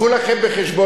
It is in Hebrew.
הביאו לכם בחשבון,